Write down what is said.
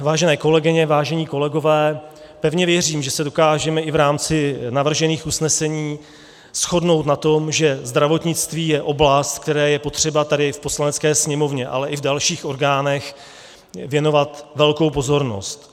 Vážené kolegyně, vážení kolegové, pevně věřím, že se dokážeme i v rámci navržených usnesení shodnout na tom, že zdravotnictví je oblast, které je potřeba tady v Poslanecké sněmovně, ale i v dalších orgánech věnovat velkou pozornost.